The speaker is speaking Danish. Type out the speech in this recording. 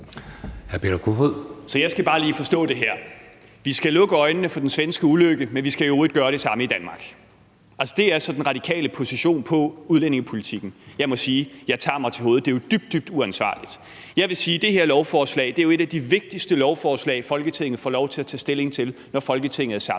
Jeg skal bare lige forstå det her. Vi skal lukke øjnene for den svenske ulykke, men vi skal i øvrigt gøre det samme i Danmark. Altså, det er så den radikale position i udlændingepolitikken. Jeg må sige: Jeg tager mig til hovedet. Det er jo dybt, dybt uansvarligt. Jeg vil sige, at det her lovforslag er et af de vigtigste lovforslag, Folketinget får lov til at tage stilling til, når Folketinget er samlet.